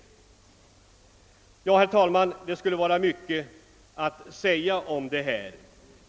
Herr talman! Det finns mycket att säga om detta.